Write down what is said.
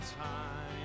time